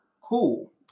cool